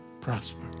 prosper